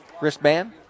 wristband